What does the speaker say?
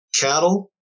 cattle